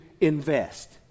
invest